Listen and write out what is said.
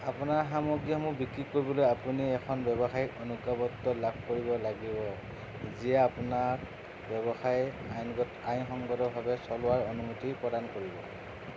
আপোনাৰ সামগ্ৰীসমূহ বিক্ৰী কৰিবলৈ আপুনি এখন ব্যৱসায়িক অনুজ্ঞাপত্ৰ লাভ কৰিব লাগিব যিয়ে আপোনাক ব্যৱসায় আইনগত আইনসঙ্গতভাৱে চলোৱাৰ অনুমতি প্ৰদান কৰিব